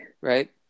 Right